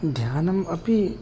ध्यानम् अपि